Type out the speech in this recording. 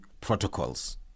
protocols